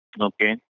okay